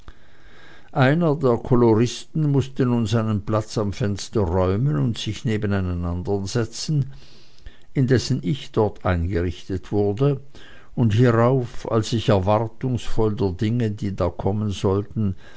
einer der koloristen mußte nun seinen platz am fenster räumen und sich neben einen andern setzen indessen ich dort eingerichtet wurde und hierauf als ich erwartungsvoll der dinge die da kommen sollten